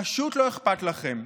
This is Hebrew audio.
פשוט לא אכפת לכם.